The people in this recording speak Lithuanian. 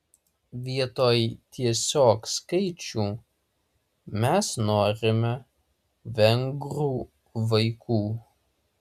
vietoj tiesiog skaičių mes norime vengrų vaikų